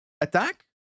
attack